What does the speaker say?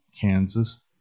Kansas